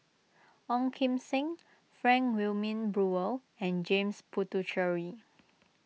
Ong Kim Seng Frank Wilmin Brewer and James Puthucheary